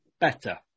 better